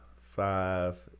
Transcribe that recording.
Five